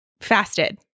fasted